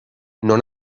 non